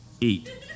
Eat